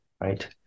right